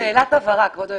שאלת הבהרה כבוד היושב-ראש.